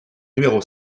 numéro